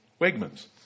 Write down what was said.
Wegmans